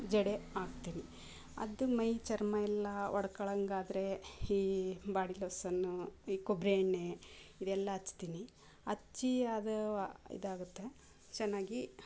ಜಡೆ ಹಾಕ್ತಿನಿ ಅದು ಮೈ ಚರ್ಮ ಎಲ್ಲ ಒಡ್ಕೊಳಂಗಾದ್ರೆ ಈ ಬಾಡಿ ಲೋಸನ್ನು ಈ ಕೊಬ್ಬರಿ ಎಣ್ಣೆ ಇದೆಲ್ಲ ಹಚ್ತಿನಿ ಹಚ್ಚಿ ಅದು ಇದಾಗುತ್ತೆ ಚೆನ್ನಾಗಿ